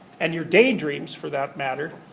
and your daydreams, for that matter,